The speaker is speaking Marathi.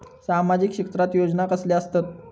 सामाजिक क्षेत्रात योजना कसले असतत?